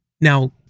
now